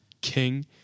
king